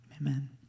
Amen